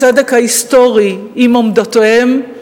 הצדק ההיסטורי עם עמדותיהם,